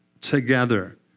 together